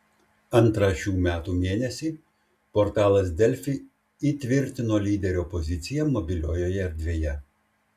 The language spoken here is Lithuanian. antrą šių metų mėnesį portalas delfi įtvirtino lyderio poziciją mobiliojoje erdvėje